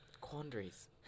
quandaries